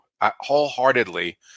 wholeheartedly